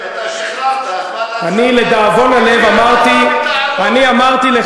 אתה שחררת, למי אתה בא בטענות?